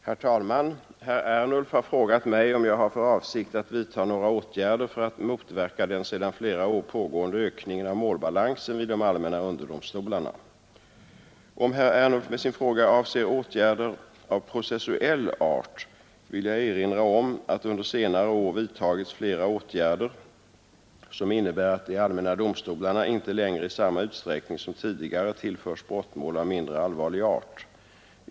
Herr talman! Herr Ernulf har frågat mig om jag har för avsikt att vidta några åtgärder för att motverka den sedan flera år pågående ökningen av målbalansen vid de allmänna underdomstolarna. Om herr Ernulf med sin fråga avser åtgärder av processuell art vill jag erinra om att det under senare år vidtagits flera åtgärder som innebär att de allmänna domstolarna inte längre i samma utsträckning som tidigare tillförs brottmål av mindre allvarlig art.